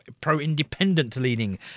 pro-independent-leaning